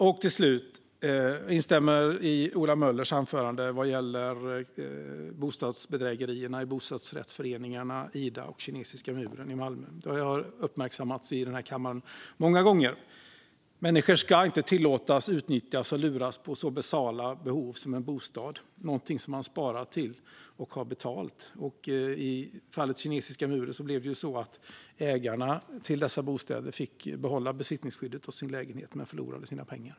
Jag instämmer i Ola Möllers anförande vad gäller bostadsbedrägerierna i bostadsrättsföreningarna Ida och Kinesiska muren i Malmö, vilka har uppmärksammats i denna kammare många gånger. Det ska inte tillåtas att människor utnyttjas och luras på så basala behov som en bostad, något man sparat till och betalat för. I fallet Kinesiska muren blev det så att ägarna till dessa bostäder fick behålla besittningsskyddet och sin lägenhet men förlorade sina pengar.